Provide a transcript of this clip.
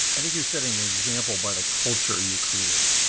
i think you're setting an example by the culture you create.